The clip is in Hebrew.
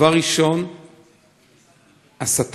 דבר ראשון, הסתה,